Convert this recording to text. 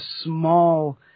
small